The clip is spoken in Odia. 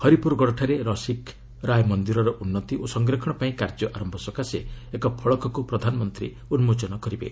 ହରିପୁରଗଡ଼ଠାରେ ରସିକରାୟ ମନ୍ଦିରର ଉନ୍ନତି ଓ ସଂରକ୍ଷଣ ପାଇଁ କାର୍ଯ୍ୟ ଆରମ୍ଭ ସକାଶେ ଏକ ଫଳକକୁ ପ୍ରଧାନମନ୍ତ୍ରୀ ଉନ୍ଗୋଚନ କରିବେ